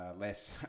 less